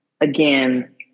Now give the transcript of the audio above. again